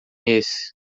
esse